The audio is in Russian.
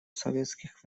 советских